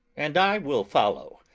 and i will follow,